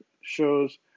shows